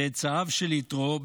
צאצאיו של יתרו,